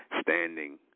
standing